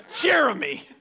Jeremy